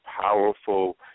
powerful